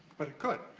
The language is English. but it could.